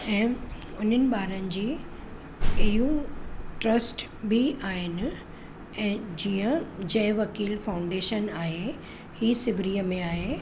ऐं उन्हनि ॿारनि जी अहिड़ियूं ट्रस्ट बि आहिनि ऐं जीअं जंहिं वकील फाउंडेशन आहे इहा सीवरीअ में आहे